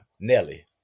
Nelly